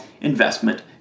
investment